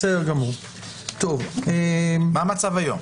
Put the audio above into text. מה המצב היום?